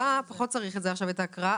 פחות צריך את זה עכשיו בשביל ההצבעה,